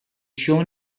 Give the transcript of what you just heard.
shown